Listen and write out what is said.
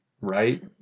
right